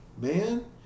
Man